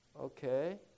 Okay